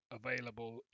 available